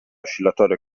oscillatorio